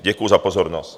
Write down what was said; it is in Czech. Děkuji za pozornost.